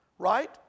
Right